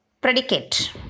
predicate